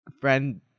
friend